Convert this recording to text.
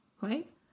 Right